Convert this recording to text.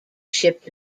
shipped